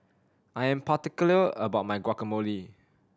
I am particular about my Guacamole